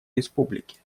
республики